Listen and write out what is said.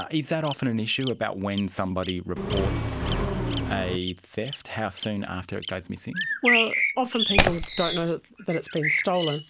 ah that often an issue, about when somebody reports a theft, how soon after it goes missing? well, often people don't know that that it's been stolen,